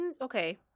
Okay